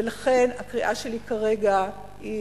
ולכן הקריאה שלי כרגע היא